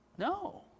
No